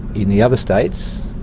in the other states,